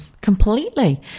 completely